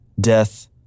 death